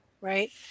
Right